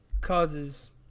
causes